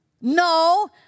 No